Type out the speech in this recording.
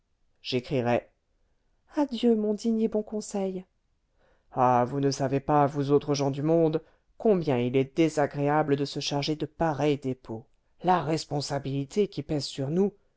j'écrirai adieu mon digne et bon conseil ah vous ne savez pas vous autres gens du monde combien il est désagréable de se charger de pareils dépôts la responsabilité qui pèse sur nous